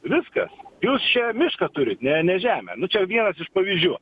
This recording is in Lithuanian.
viskas jūs čia mišką turit ne ne žemę nu čia vienas iš pavyzdžių